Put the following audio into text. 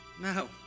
No